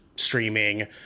streaming